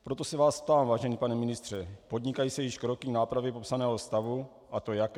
Proto se vás ptám, vážený pane ministře: Podnikají se již kroky k nápravě popsaného stavu, a to jaké?